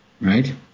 right